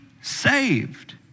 saved